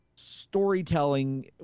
storytelling